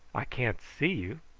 i can't see you.